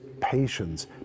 patience